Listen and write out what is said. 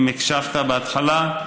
אם הקשבת בהתחלה,